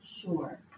Sure